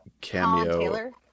cameo